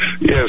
Yes